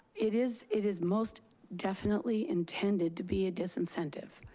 it is it is most definitely intended to be a disincentive.